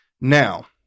Now